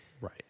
Right